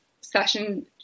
session